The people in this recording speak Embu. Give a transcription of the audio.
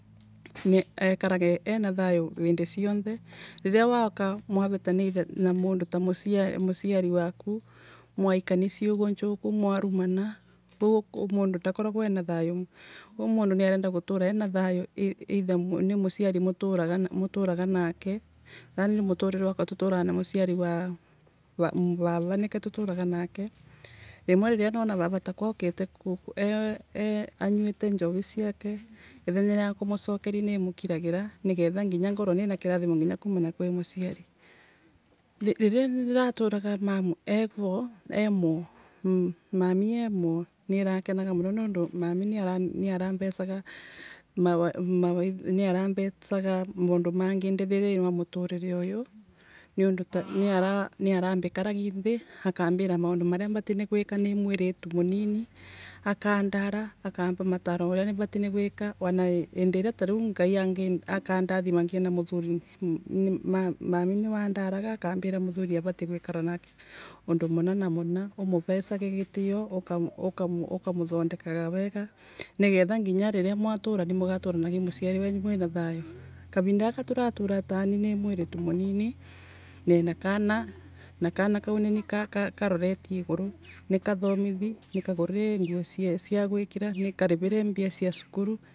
ni ekarage ena thayu vindi cionthe. Riria wauka mwavitaria na mundu ta mu ciari waku, mwaikani ciugo njuku, mwarumana, riu mundo ndakoragwa ena thayu koguo mundu niarenda gukorwa ena thayu, either timuciari muturaga nake. Tanie muturire wakwa tuturaga na mudari wa vava nike tuturaga nake. Riria nana vava nitakwa aukite anguite njovi ciake, ithenya ria kumucokeri nimukiragira, nigetha nginya ngorwe ninakirathimo kuumana kwi muciari. Riria niraturagamum:evo, emao, nanire emunirakenaga muno niundu nonire niarambecaga maw niarambecaga maundu mengi ni muturire wauyu. Nondu tanairaniarambi karagi nthi akambira maundu maria mvatie ni gwika ni mwiritu muriri akandora akamva mataro maria mvatie ni gwika wana vindi iria ta riu Ngai akandathima ngie na muthuri, mami niwandaraga akambira muthuri uvatie gwikara nako undu munana muria, umuvesage gitio; uka muthandekaga woga nigatha nginya mugaturania mugaturani mwina thayu. Kavinda gaka turaturaga tanu ni mwiritu munini, nina kana, na kana kau ninii karareti iguru, nikathamithi, nikagurire nguo na gwikira nikarivire mbia cia cukuru